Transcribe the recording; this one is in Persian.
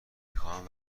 خواهم